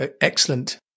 excellent